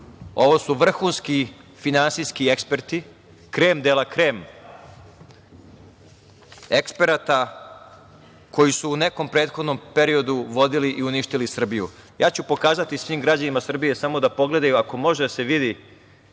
ovo su vrhunski finansijski eksperti, krem de la krem eksperata koji su u nekom prethodnom periodu vodili i uništili Srbiju. Pokazaću svim građanima Srbije, neka pogledaju ako može da se vidi,